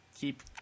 Keep